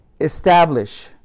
establish